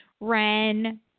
Ren